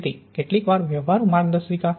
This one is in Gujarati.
તેથી કેટલીક વ્યવહારુ માર્ગદર્શિકા